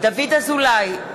דוד אזולאי,